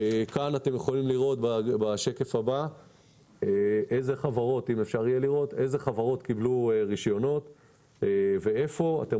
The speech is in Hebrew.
אתם יכולים לראות אלו חברות קיבלו רישיונות ואיפה: אתם